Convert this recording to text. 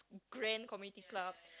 grand community club